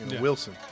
Wilson